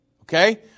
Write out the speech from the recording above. okay